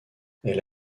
elle